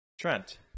Trent